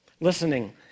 Listening